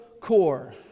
core